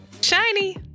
shiny